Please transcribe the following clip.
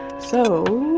so.